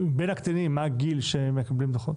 בין הקטינים, מה הגיל שהם מקבלים דוחות?